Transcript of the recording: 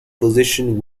position